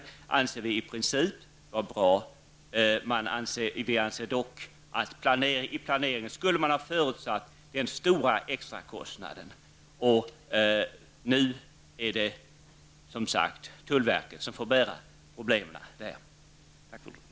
Vi anser att det i princip är bra, men vi menar att man i planeringen skulle ha förutsett den stora extra kostnaden. Nu är det, som sagt, tullverket som får bära de problem som uppstått.